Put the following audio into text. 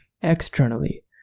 externally